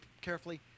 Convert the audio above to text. carefully